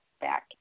back